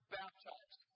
baptized